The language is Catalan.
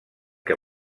que